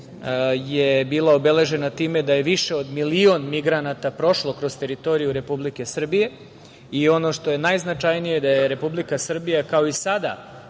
je bila obeležena time da je više od milion migranata prošlo kroz teritoriju Republike Srbije i ono što je najznačajnije da je Republika Srbija, kao i sada